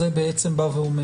החוק הזה בעצם בא ואומר